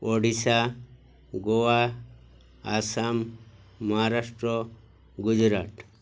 Odisha Goa Assam Maharashtra Gujarat